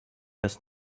des